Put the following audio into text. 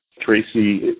Tracy